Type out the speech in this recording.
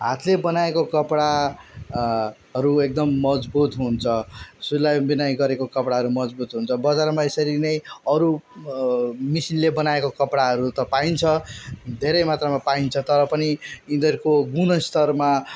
हातले बनाएको कपडा हरू एकदम मजबुत हुन्छ सिलाइ बुनाइ गरेको कपडाहरू मजबुत हुन्छ बजारमा यसरी नै अरू मिसिनले बनाएको कपडाहरू त पाइन्छ धेरै मात्रामा पाइन्छ तर पनि यिनीहरूको गुणस्तरमा